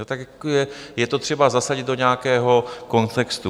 Tak je to třeba zasadit do nějakého kontextu.